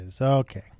Okay